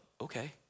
okay